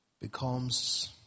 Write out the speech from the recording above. Becomes